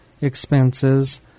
expenses